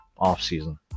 offseason